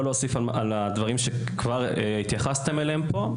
להוסיף על הדברים שכבר התייחסתם אליהם פה,